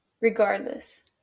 Regardless